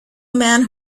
man